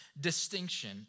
distinction